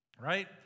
right